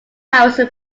harrison